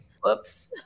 Whoops